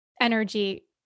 energy